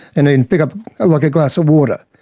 and and pick up like a glass of water,